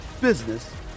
business